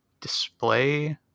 display